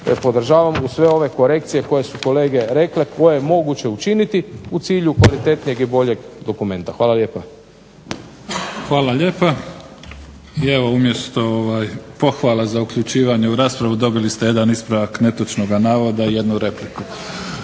podržavam to uz sve ove korekcije koje su kolege rekle koje je moguće učiniti u cilju kvalitetnijeg i boljeg dokumenta. Hvala lijepa. **Mimica, Neven (SDP)** Hvala lijepa. I evo umjesto pohvala za uključivanje u raspravu dobili ste jedan ispravak netočnoga navoda i jednu repliku.